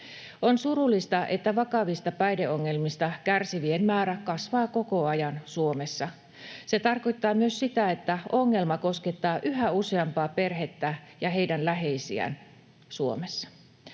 On surullista, että vakavista päihdeongelmista kärsivien määrä kasvaa koko ajan Suomessa. Se tarkoittaa myös sitä, että ongelma koskettaa yhä useampaa perhettä ja heidän läheisiään Suomessa.